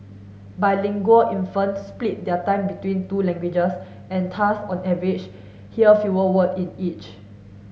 bilingual infants split their time between two languages and thus on average hear fewer word in each